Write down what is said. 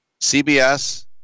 CBS